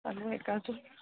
चालू आहे का अजून